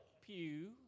pew